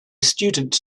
student